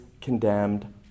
condemned